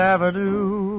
Avenue